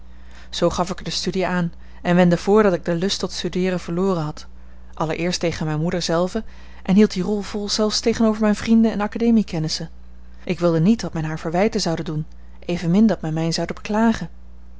zoo gaf ik er de studie aan en wendde voor dat ik den lust tot studeeren verloren had allereerst tegen mijne moeder zelve en hield die rol vol zelfs tegenover vrienden en academie kennissen ik wilde niet dat men haar verwijten zoude doen evenmin dat men mij zoude beklagen